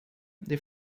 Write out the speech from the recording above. they